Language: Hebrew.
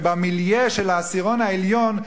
ובמיליה של העשירון העליון,